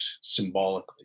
symbolically